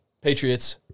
Patriots